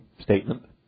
statement